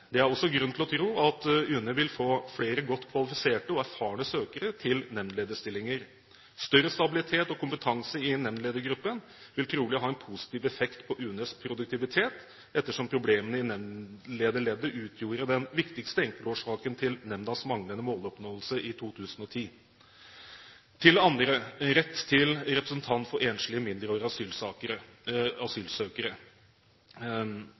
Det er også grunn til å tro at UNE vil få flere godt kvalifiserte og erfarne søkere til nemndlederstillinger. Større stabilitet og kompetanse i nemndledergruppen vil trolig ha en positiv effekt på UNEs produktivitet, ettersom problemene i nemndlederleddet utgjorde den viktigste enkeltårsaken til nemndas manglende måloppnåelse i 2010. Til det andre, rett til representant for enslige,